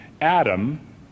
Adam